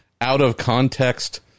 out-of-context